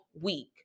week